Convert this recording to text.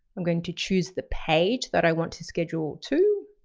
i'm going to choose the page that i want to schedule to.